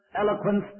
eloquence